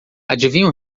adivinha